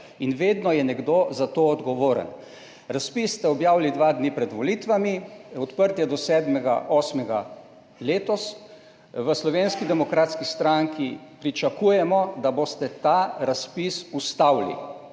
Vedno je nekdo za to odgovoren. Razpis ste objavili dva dni pred volitvami, odprt je do 7. 8. letos. V Slovenski demokratski stranki pričakujemo, da boste ta razpis ustavili